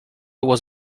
was